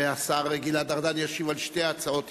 והשר גלעד ארדן ישיב על שתי ההצעות יחד.